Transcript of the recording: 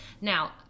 Now